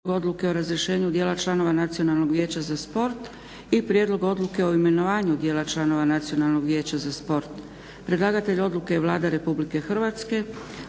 Prijedlog odluke o razrješenju dijela članova nacionalnog vijeća za sport i - Prijedlog odluke o imenovanju dijela članova nacionalnog vijeća za sport. Predlagatelj Odluke je Vlada RH.